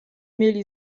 mieli